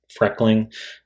freckling